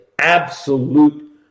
absolute